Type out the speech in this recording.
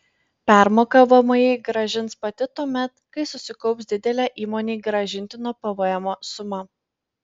permoką vmi grąžins pati tuomet kai susikaups didelė įmonei grąžintino pvm suma